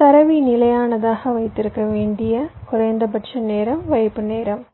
தரவை நிலையானதாக வைத்திருக்க வேண்டிய குறைந்தபட்ச நேரம் வைப்பு நேரம்